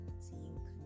seeing